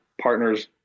partners